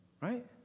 right